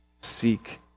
Seek